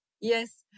yes